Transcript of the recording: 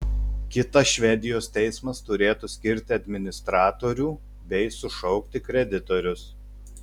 kitas švedijos teismas turėtų skirti administratorių bei sušaukti kreditorius